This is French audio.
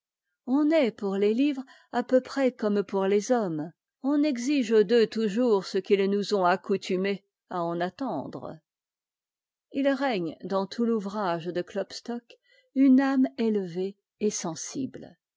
on est pour les livres à peu près comme pour les hommes on exige d'eux toujours ce qu'ils nous ont accoutumés à en attendre il règne dans tout l'ouvrage de klopstock une âme élevée et sensible